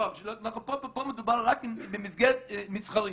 פה מדובר רק במסגרת מסחרית.